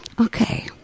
Okay